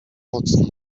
mocno